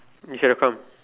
you should have come